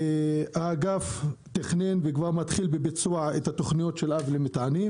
האגף תכנן וכבר מתחיל בביצוע את התוכניות למטענים,